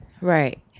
right